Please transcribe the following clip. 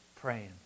praying